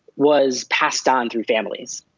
was passed on through families.